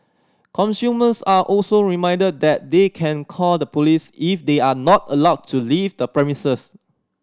consumers are also reminded that they can call the police if they are not allowed to leave the premises